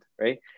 Right